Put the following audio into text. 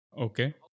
Okay